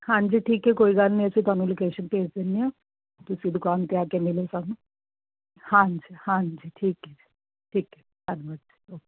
ਹਾਂਜੀ ਠੀਕ ਹੈ ਕੋਈ ਗੱਲ ਨੀ ਅਸੀਂ ਤੁਹਾਨੂੰ ਲੋਕੇਸ਼ਨ ਭੇਜ ਦਿੰਦੇ ਹਾਂ ਤੁਸੀਂ ਦੁਕਾਨ 'ਤੇ ਆ ਕੇ ਮਿਲਿਓ ਸਾਨੂੰ ਹਾਂਜੀ ਹਾਂਜੀ ਠੀਕ ਹੈ ਜੀ ਠੀਕ ਹੈ ਧੰਨਵਾਦ ਓਕੇ